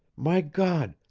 my god,